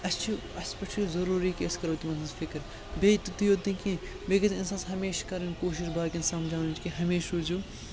اَسہِ چھِ اَسہِ پٮ۪ٹھ چھُ ضروٗری کہِ أسۍ کَرو تِمَن ہِںٛز فکر بیٚیہِ تِتُے یوت نہٕ کینٛہہ بیٚیہِ گژھِ اِنسانَس ہمیشہِ کَرٕنۍ کوٗشِش باقٕیَن سَمجھاونٕچ کہِ ہمیشہِ روٗزِو